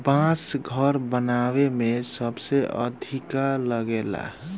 बांस घर बनावे में सबसे अधिका लागेला